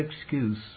excuse